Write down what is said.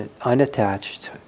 unattached